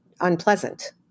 unpleasant